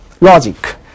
logic